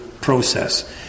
process